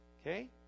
Okay